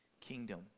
kingdom